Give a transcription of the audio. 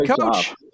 coach